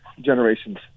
generations